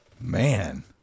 man